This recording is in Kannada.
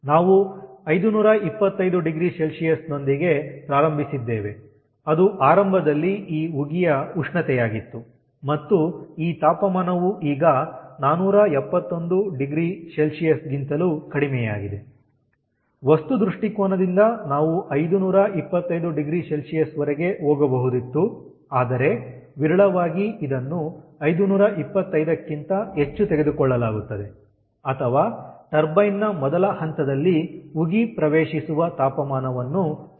ನಾವು 5250Cನೊಂದಿಗೆ ಪ್ರಾರಂಭಿಸಿದ್ದೇವೆ ಅದು ಆರಂಭದಲ್ಲಿ ಈ ಉಗಿಯ ಉಷ್ಣತೆಯಾಗಿತ್ತು ಮತ್ತು ಈ ತಾಪಮಾನವು ಈಗ 4710Cಗಿಂತಲೂ ಕಡಿಮೆಯಾಗಿದೆ ವಸ್ತು ದೃಷ್ಟಿಕೋನದಿಂದ ನಾವು 5250Cವರೆಗೆ ಹೋಗಬಹುದಿತ್ತು ಆದರೆ ವಿರಳವಾಗಿ ಇದನ್ನು 525ಕ್ಕಿಂತ ಹೆಚ್ಚು ತೆಗೆದುಕೊಳ್ಳಲಾಗುತ್ತದೆ ಅಥವಾ ಟರ್ಬೈನ್ ನ ಮೊದಲ ಹಂತದಲ್ಲಿ ಉಗಿ ಪ್ರವೇಶಿಸುವ ತಾಪಮಾನವನ್ನು ತೆಗೆದುಕೊಳ್ಳಲಾಗುತ್ತದೆ